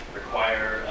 require